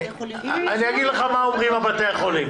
אני אגיד לך מה אומרים בתי החולים.